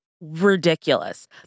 ridiculous